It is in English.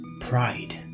Pride